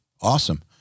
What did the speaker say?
awesome